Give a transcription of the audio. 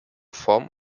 form